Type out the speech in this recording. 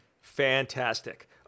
Fantastic